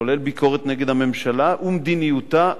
כולל ביקורת נגד הממשלה ומדיניותה,